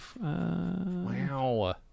Wow